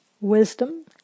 wisdom